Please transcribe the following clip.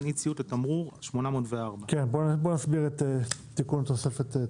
אי ציות לתמרור 804," בוא נסביר את תיקון התוספת,